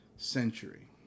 century